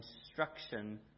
instruction